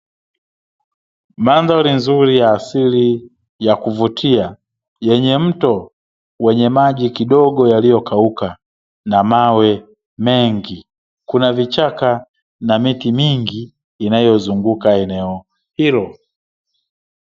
Mandhari nzuri ya asili ya kuvutia, yenye mto wenye maji kidogo yaliyokauka na mawe mengi, kuna vichaka na miti mingi inayozunguka eneo hilo.